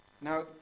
Now